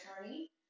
attorney